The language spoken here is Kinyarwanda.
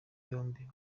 yombi